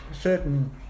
certain